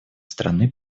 страны